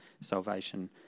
salvation